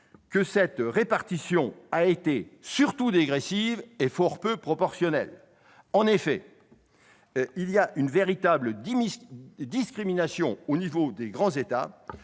que cette répartition a été surtout dégressive et fort peu proportionnelle. En effet, on constate une véritable discrimination à l'égard des grands États,